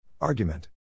Argument